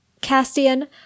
Castian